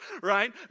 right